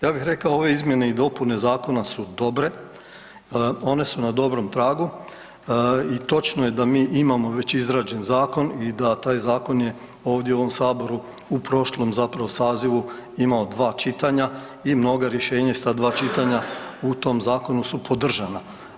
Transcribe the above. Ja bih rekao ove izmjene i dopune zakona su dobre, one su na dobrom tragu i točno je da mi imamo već izrađen zakon i da taj zakon je ovdje u ovom saboru u prošlom zapravo sazivu imao dva čitanja i mnoga rješenja sa dva čitanja u tom zakonu su podržana.